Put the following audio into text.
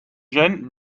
jeunes